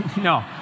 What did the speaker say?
no